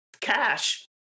cash